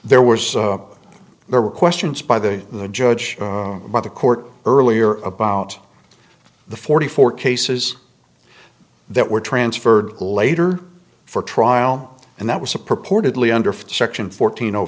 there were so there were questions by the the judge by the court earlier about the forty four cases that were transferred later for trial and that was a purportedly under section fourteen